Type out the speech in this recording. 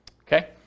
Okay